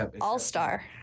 all-star